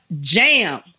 Jam